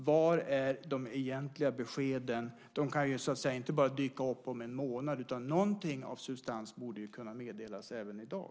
Var är de egentliga beskeden? De kan ju inte bara dyka upp om en månad. Någonting av substans borde ju kunna meddelas även i dag.